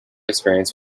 experience